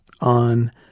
on